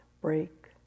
break